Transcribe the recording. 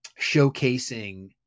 showcasing